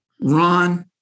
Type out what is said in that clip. Ron